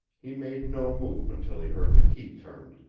he made no move until he heard the key turned.